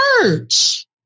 church